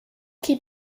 keep